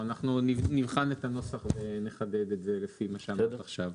אנחנו נבחן את הנוסח ונחדד את זה לפי מה שאמרת עכשיו.